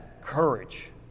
courage